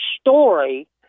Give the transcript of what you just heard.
story